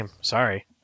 Sorry